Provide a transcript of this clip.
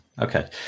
okay